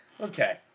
Okay